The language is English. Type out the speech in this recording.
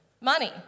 Money